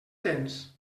tens